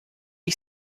ich